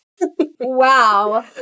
Wow